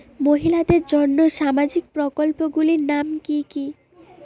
মহিলাদের জন্য সামাজিক প্রকল্প গুলির নাম কি কি?